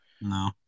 No